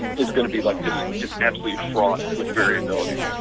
it's going to be like just just absolutely fraught with variability.